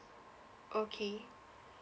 okay